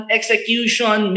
execution